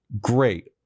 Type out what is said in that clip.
great